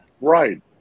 Right